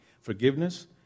Forgiveness